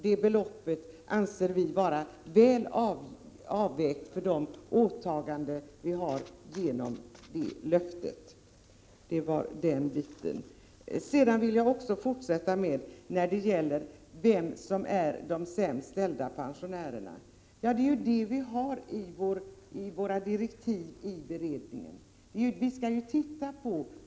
Det belopp som tas ut anser vi vara väl avvägt med tanke på de åtaganden vi har gjort genom löftet till pensionärerna. Vilka är de sämst ställda pensionärerna? Det har pensionsberedningen enligt sina direktiv att titta på.